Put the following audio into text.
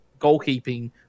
goalkeeping